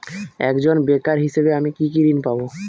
একজন বেকার হিসেবে আমি কি কি ঋণ পাব?